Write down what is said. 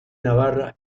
navarra